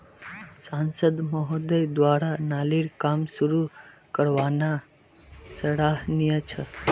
सांसद महोदय द्वारा नालीर काम शुरू करवाना सराहनीय छ